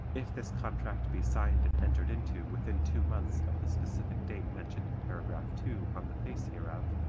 if this contract be signed and entered into within two months of the specific date mentioned in paragraph two on the face hereof,